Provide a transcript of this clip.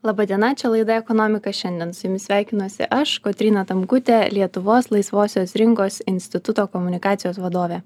laba diena čia laida ekonomika šiandien su jumis sveikinuosi aš kotryna tamkutė lietuvos laisvosios rinkos instituto komunikacijos vadovė